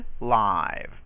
live